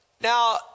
Now